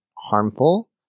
harmful